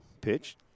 pitch